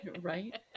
right